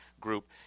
group